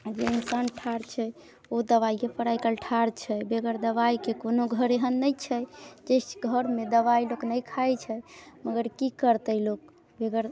जे इंसान ठाड़ छै ओ दबाइयेपर आइ काल्हि ठाड़ छै बगैर दबाइके कोनो घर एहन नहि छै जै घरमे दबाइ लोक नहि खाइ छै मगर की करतै लोक बगैर